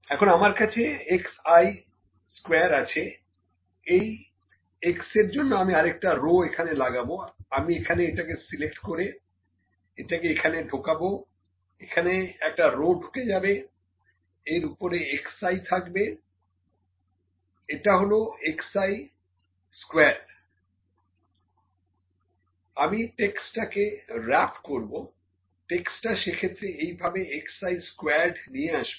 এখন আমার কাছে xi স্কোয়ার আছে এই x এর জন্য আমি আরেকটা রো এখানে লাগাবো আমি এখানে এটাকে সিলেক্ট করে এটাকে এখানে ঢোকাবো এখানে একটা রো ঢুকে যাবে এর ওপরে xi থাকবে এটা হলো xi স্কোয়ার্ড আমি টেক্সট টাকে রাপ করবো টেক্সট টা সেক্ষেত্রে এইভাবে xi স্কোয়ার্ড নিয়ে আসবে